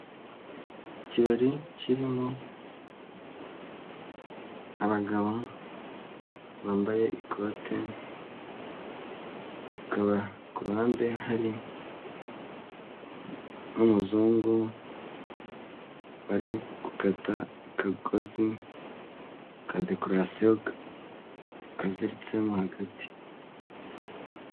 Ikirari kirimo abagabo bambaye ikote hakaba ku ruhande hari n'umuzungu, bari gukata akagozi ka dekorasiyo kaziritsemo hagati.